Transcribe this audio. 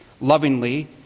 lovingly